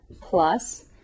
plus